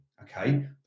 Okay